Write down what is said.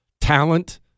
Talent